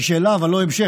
היא שאלה אבל לא המשך.